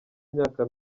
imyaka